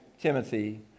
Timothy